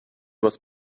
was